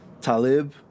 Talib